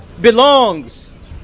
belongs